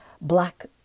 black